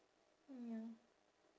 ya